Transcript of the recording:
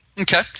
Okay